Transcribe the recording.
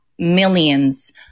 millions